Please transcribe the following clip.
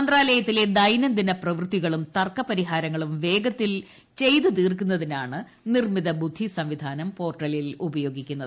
മന്ത്രാലയത്തിലെ ദൈനംദിന പ്രവൃത്തികളും തർക്ക പരിഹാരങ്ങളും വേഗത്തിൽ ചെയ്തു തീർക്കുന്നതിനാണ് നിർമിത ബുദ്ധി സംവിധാനം പോർട്ടലിൽ ഉപയോഗിക്കുന്നത്